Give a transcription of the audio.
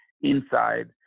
inside